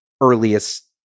earliest